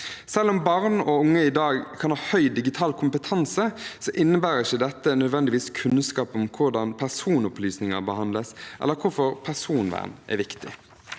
Selv om barn og unge i dag kan ha høy digital kompetanse, innebærer ikke dette nødvendigvis kunnskap om hvordan personopplysninger behandles, eller hvorfor personvern er viktig.